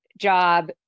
job